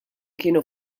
kienu